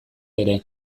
ere